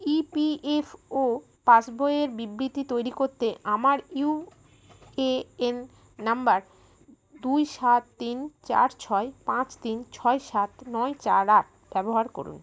ই P F O পাসবইয়ের বিবৃতি তৈরি করতে আমার ইউ এ এন নাম্বার দুই সাত তিন চার ছয় পাঁচ তিন ছয় সাত নয় চার আট ব্যবহার করুন